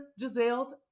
Giselle's